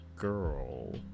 girl